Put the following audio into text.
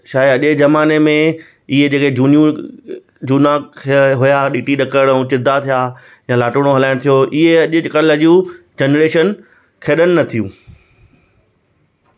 छा आहे अॻे ज़माने में इहे जेके जुनियूं जूना खेल हुया ॾीटी ॾकरु ऐं चिदा थिया या लाटूणो हलाइणु थियो इहे अॼुकल्ह जूं जनरेशन खेॾनि नथियूं